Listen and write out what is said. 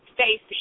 Stacey